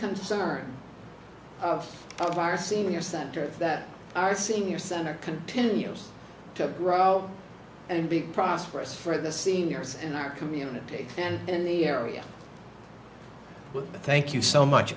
concern of our senior center that our senior center continues to grow and be prosperous for the seniors and our community and the area with thank you so much